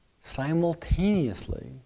simultaneously